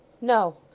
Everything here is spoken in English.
No